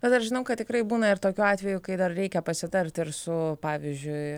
bet aš žinau kad tikrai būna ir tokiu atveju kai dar reikia pasitarti ir su pavyzdžiui